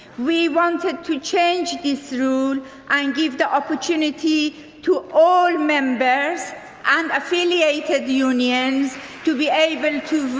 we wanted to change this rule and give the opportunity to all members and affiliated unions to be able to